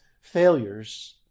failures